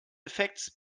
effekts